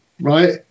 right